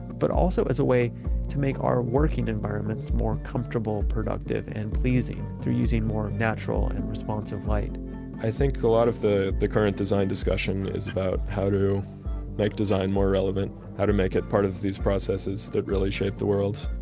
but also as a way to make our working environments more comfortable, productive, and pleasing through using more natural and and responsive light i think a lot of the the current design discussion is about how to make design more relevant, how to make it part of these processes that really shape the world,